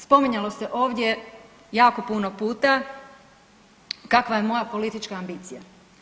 Spominjalo se ovdje jako puno puta kakva je moja politička ambicija.